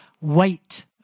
wait